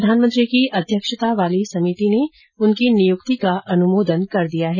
प्रधानमंत्री की अध्यक्षता वाली समिति ने उनकी नियुक्ति का अनुमोदन कर दिया है